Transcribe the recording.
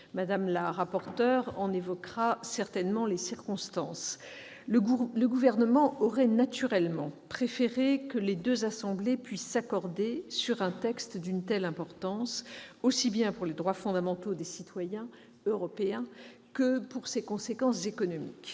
Mme la rapporteur en évoquera certainement les circonstances. Le Gouvernement aurait naturellement préféré que les deux assemblées puissent s'accorder sur un texte d'une telle importance, aussi bien pour les droits fondamentaux des citoyens européens que pour ses conséquences économiques.